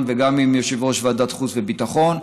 וגם עם יושב-ראש ועדת חוץ וביטחון,